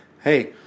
hey